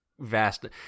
vast